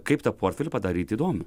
kaip tą portfelį padaryti įdomiu